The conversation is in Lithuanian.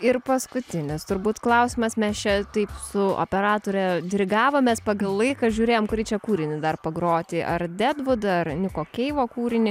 ir paskutinis turbūt klausimas mes čia taip su operatore dirigavomės pagal laiką žiūrėjom kurį čia kūrinį dar pagroti ar dedvudą ar niko keivo kūrinį